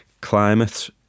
climate